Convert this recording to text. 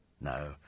No